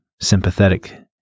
sympathetic